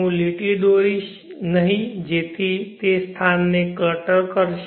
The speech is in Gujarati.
હું લીટી દોરીશ નહીં કે જેથી તે સ્થાનને ક્લટર કરશે